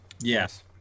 yes